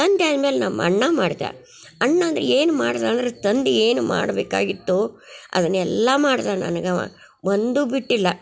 ತಂದೆ ಆದ್ಮೇಲೆ ನಮ್ಮಣ್ಣ ಮಾಡ್ದ ಅಣ್ಣ ಏನು ಮಾಡ್ದ ಅಂದ್ರೆ ತಂದೆ ಏನು ಮಾಡಬೇಕಾಗಿತ್ತು ಅದನ್ನ ಎಲ್ಲ ಮಾಡ್ದ ನನ್ಗವ ಒಂದು ಬಿಟ್ಟಿಲ್ಲ